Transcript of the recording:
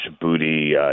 Booty